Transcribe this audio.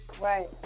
Right